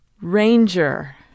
Ranger